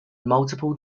multiple